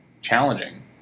challenging